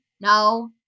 No